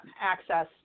access